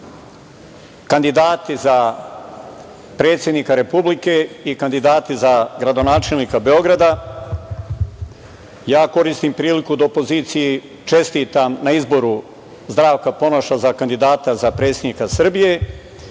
kandidati za predsednika Republike i kandidati za gradonačelnika Beograda, ja koristim priliku da opoziciji čestitam na izboru Zdravka Ponoša za kandidata za predsednika Srbije